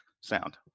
sound